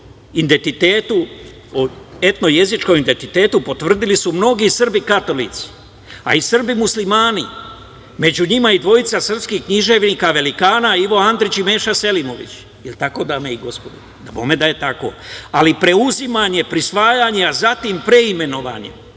etno jezičkom identitetu potvrdili su mnogi Srbi katolici, a i Srbi muslimani, među njima i dvojca srpskih književnika velika, Ivo Andrić i Meša Selimović. Je li tako, dame i gospodo? Dabome da je tako. Ali, preuzimanje, prisvajanje, a zatim preimenovanje